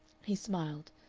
he smiled.